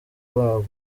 wabwo